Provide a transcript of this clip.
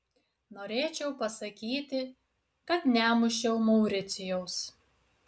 norėčiau pasakyti kad nemušiau mauricijaus